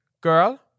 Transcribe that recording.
girl